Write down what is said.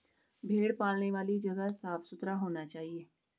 भेड़ पालने वाली जगह साफ सुथरा होना चाहिए